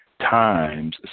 times